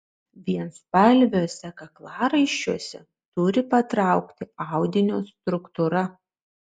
vienspalviuose kaklaraiščiuose turi patraukti audinio struktūra